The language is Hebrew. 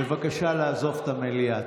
בבקשה לעזוב את המליאה.